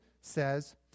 says